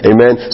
Amen